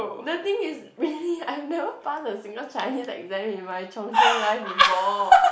the thing is really I've never passed a single Chinese exam in my Chung-Cheng life before